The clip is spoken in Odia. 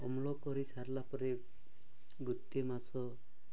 ଅମ୍ଳ କରି ସାରିଲା ପରେ ଗୋଟିଏ ମାସ